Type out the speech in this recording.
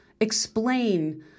explain